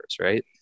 right